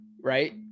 right